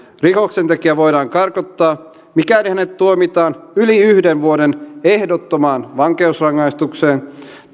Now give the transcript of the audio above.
rikoksentekijä voidaan karkottaa mikäli hänet tuomitaan yli yhden vuoden ehdottomaan vankeusrangaistukseen